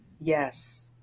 yes